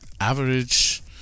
average